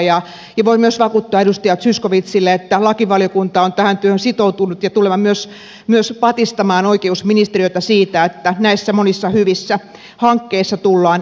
voin myös vakuuttaa edustaja zyskowiczille että lakivaliokunta on tähän työhön sitoutunut ja tulemme myös patistamaan oikeusministeriötä siitä että näissä monissa hyvissä hankkeissa tullaan etenemään